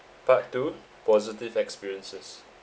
part two positive experiences